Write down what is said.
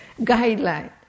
guideline